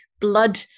blood